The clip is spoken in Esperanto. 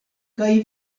kaj